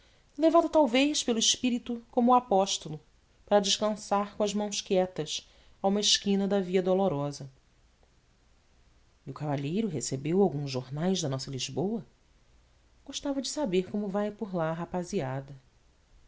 levado talvez pelo espírito como o apóstolo para descansar com as mãos quietas a uma esquina da viadolorosa e o cavalheiro recebeu alguns jornais da nossa lisboa gostava de saber como vai por lá a rapaziada